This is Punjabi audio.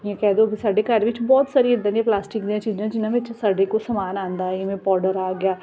ਜਾਂ ਕਹਿ ਦਿਓ ਕਿ ਸਾਡੇ ਘਰ ਵਿੱਚ ਬਹੁਤ ਸਾਰੀ ਇੱਦਾਂ ਦੀਆਂ ਪਲਾਸਟਿਕ ਦੀਆਂ ਚੀਜ਼ਾਂ ਜਿਹਨਾਂ ਵਿੱਚ ਸਾਡੇ ਕੋਲ ਸਮਾਨ ਆਉਂਦਾ ਜਿਵੇਂ ਪਾਊਡਰ ਆ ਗਿਆ